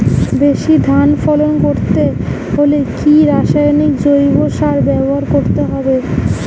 বেশি ধান ফলন করতে হলে কি রাসায়নিক জৈব সার ব্যবহার করতে হবে?